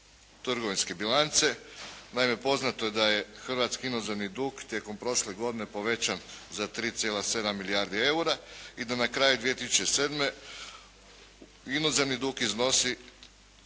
trgovinske bilance. Naime, poznato je da je hrvatski inozemni dug tijekom prošle godine povećan za 3,7 milijardi eura i da na kraju 2007. inozemni dug iznosi